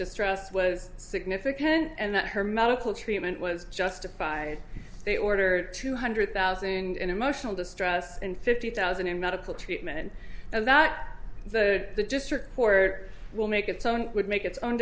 distress was significant and that her medical treatment was justified they order two hundred thousand and emotional distress in fifty thousand in medical treatment and that the district court will make its own would make its own